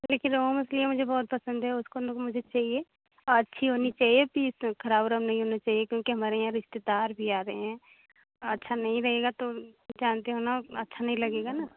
लेकिन रोहू मछलियाँ मुझे बहुत पसंद हैं उसको ना मुझे चाहिए अच्छी होनी चाहिए पीस ख़राब उराब नहीं होनी चाहिए क्योंकि हमारे यहाँ रिश्तेदार भी आ रहें हैं अच्छा नहीं रहेगा तो जानते हो ना अच्छा नहीं लगेगा ना